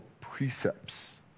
precepts